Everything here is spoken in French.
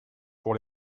pour